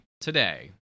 today